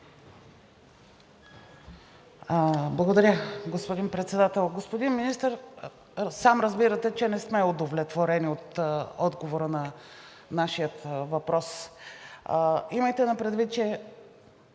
Благодаря, господин Председател. Господин Министър, сам разбирате, че не сме удовлетворени от отговора на нашия въпрос. Имайте предвид, че